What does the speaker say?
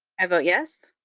i vote yes.